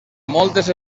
moltes